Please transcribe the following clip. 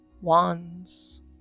wands